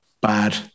Bad